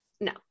no